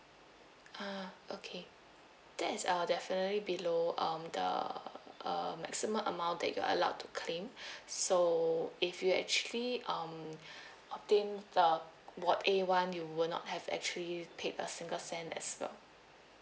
ah okay that is uh definitely below um the uh um maximum amount that you are allowed to claim so if you actually um obtained the ward A [one] you will not have actually paid a single cent as well